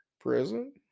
prison